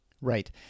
Right